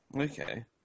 Okay